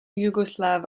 yugoslav